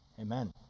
Amen